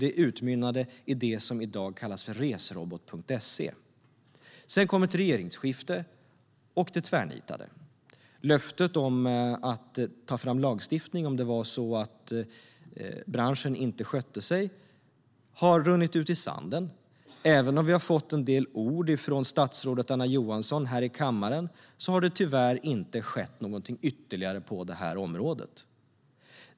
Det utmynnade i resrobot.se. Sedan kom ett regeringsskifte, och det tvärnitade. Löftet om att ta fram lagstiftning ifall branschen inte sköter sig har runnit ut i sanden. Även om vi har fått höra en del ord från statsrådet Anna Johansson om det här i kammaren har det tyvärr inte skett något ytterligare på området.